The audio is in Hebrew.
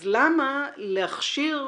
אז למה להכשיר,